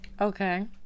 Okay